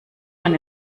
man